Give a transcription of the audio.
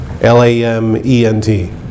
L-A-M-E-N-T